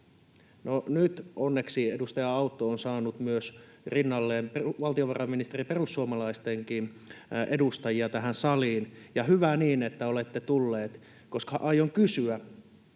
nyt onneksi edustaja Autto on saanut rinnalleen myös valtiovarainministeri perussuomalaisten edustajia tähän saliin, ja hyvä niin, että olette tulleet, koska aion kysyä